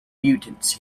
mutants